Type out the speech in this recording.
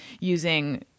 using